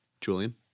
Julian